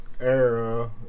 era